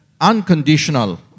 unconditional